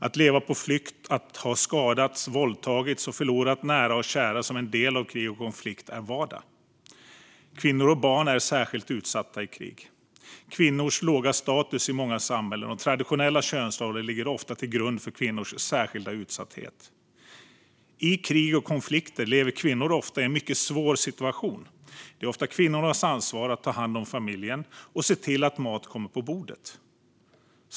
Att leva på flykt, att ha skadats, våldtagits och förlorat nära och kära som en del av krig och konflikter är vardag. Kvinnor och barn är särskilt utsatta i krig. Kvinnors låga status i många samhällen och traditionella könsroller ligger ofta till grund för kvinnors särskilda utsatthet. I krig och konflikter lever kvinnor ofta i en mycket svår situation. Det är ofta kvinnornas ansvar att ta hand om familjen och se till att mat kommer på bordet.